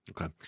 Okay